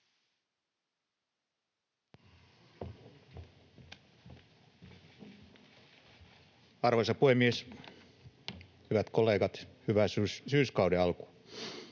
Arvoisa puhemies! Hyvät kollegat, hyvää syyskauden alkua!